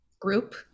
group